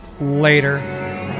Later